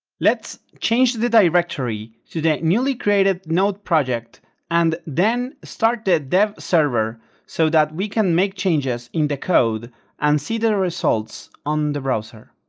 let's change the directory to the newly created node project and then start the dev server so that we can make changes in the code and see the results on the browser